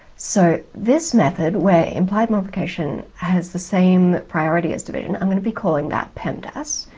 so this method, where implied multiplication has the same priority as division, i'm going to be calling that pemdas.